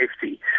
safety